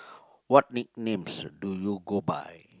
what nicknames do you go by